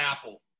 apple